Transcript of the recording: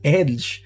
edge